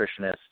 nutritionist